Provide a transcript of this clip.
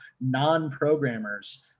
non-programmers